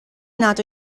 nad